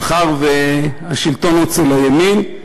מאחר שהשלטון אצל הימין,